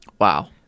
Wow